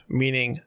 meaning